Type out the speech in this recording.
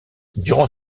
durant